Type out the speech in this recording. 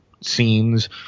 scenes